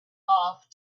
off